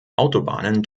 autobahnen